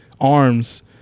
arms